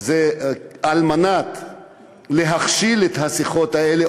זה על מנת להכשיל את השיחות האלה,